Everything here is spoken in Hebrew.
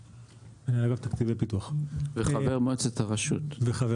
וחבר מועצת הרשות.